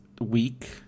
week